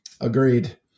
Agreed